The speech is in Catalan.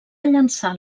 llançar